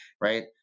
Right